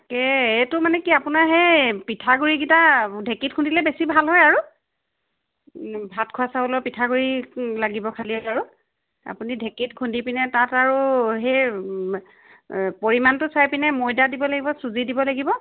তাকে এইটো মানে কি আপোনাৰ সেই পিঠাগুড়িকেটা ঢেঁকীত খুন্দিলে বেছি ভাল হয় আৰু ভাত খোৱা চাউলৰ পিঠাগুড়ি লাগিব খালি আৰু আপুনি ঢেঁকীত খুন্দি পিনে তাত আৰু সেই পৰিমাণটো চাই পিনে ময়দা দিব লাগিব চুজি দিব লাগিব